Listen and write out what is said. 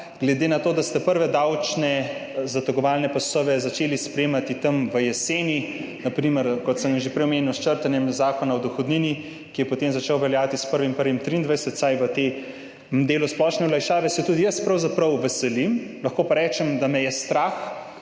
Glede na to, da ste prve davčne zategovalne pasove začeli sprejemati v jeseni, na primer, kot sem že prej omenil, s črtanjem Zakona o dohodnini, ki je potem začel veljati s 1. 1. 2023, vsaj v tem delu splošne olajšave, se tudi jaz pravzaprav veselim, lahko pa rečem da me je strah, kakšni